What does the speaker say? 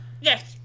Yes